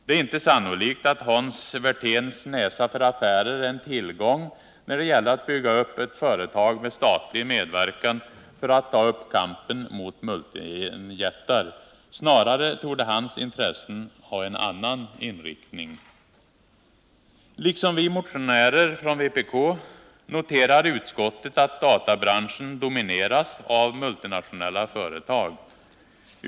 Det är inte sannolikt att Hans Werthéns näsa för affärer är en tillgång när det gäller att bygga upp ett företag med statlig medverkan för att ta upp kampen mot multijättar. Snarare torde hans intressen ha en annan inriktning. Liksom vi motionärer från vpk noterar utskottet att databranschen domineras av multinationella företag.